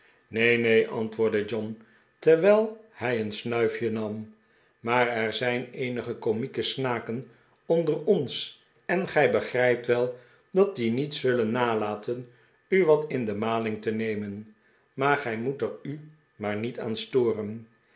neen neen antwoordde john terwijl hij een snuifje nam maar er zijn eenige komieke snaken onder ons en gij begrijpt wel dat die niet zullen nalaten u wat in de maling te nemen maar gij moet er u maar niet aan storen